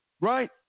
Right